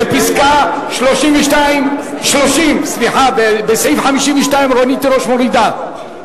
לסעיף 52, רונית תירוש מורידה.